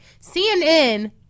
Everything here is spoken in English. cnn